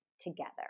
together